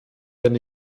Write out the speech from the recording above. denn